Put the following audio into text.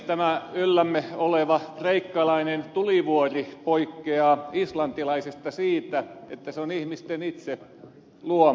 tämä yllämme oleva kreikkalainen tulivuori poikkeaa islantilaisesta siinä että se on ihmisten itse luoma